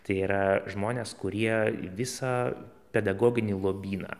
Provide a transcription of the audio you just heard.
tai yra žmonės kurie visą pedagoginį lobyną